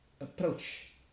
approach